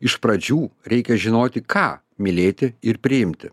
iš pradžių reikia žinoti ką mylėti ir priimti